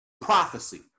prophecy